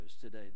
today